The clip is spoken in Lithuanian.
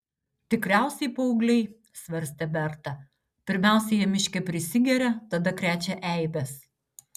tikriausiai paaugliai svarstė berta pirmiausia jie miške prisigeria tada krečia eibes